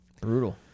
brutal